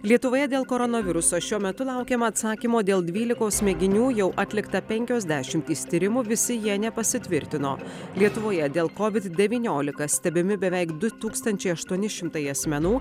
lietuvoje dėl koronaviruso šiuo metu laukiama atsakymo dėl dvylikos mėginių jau atlikta penkios dešimtys tyrimų visi jie nepasitvirtino lietuvoje dėl covid devyniolika stebimi beveik du tūkstančiai aštuoni šimtai asmenų